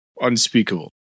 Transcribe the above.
unspeakable